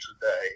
today